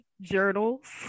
journals